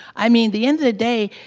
i mean, the end of the day,